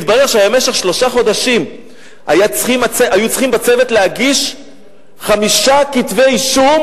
התברר שבמשך שלושה חודשים היו צריכים בצוות להגיש חמישה כתבי-אישום